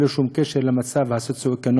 ללא שום קשר למצב הסוציו-אקונומי.